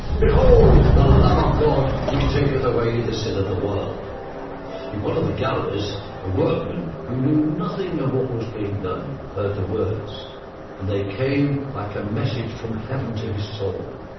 behold the lamb of god which taketh away the sin of the world in one of the galleries a workman, who knew nothing of what was being done, heard the words, and they came like a message from heaven to his soul.